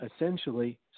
essentially